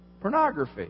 pornography